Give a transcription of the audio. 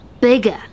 bigger